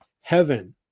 heaven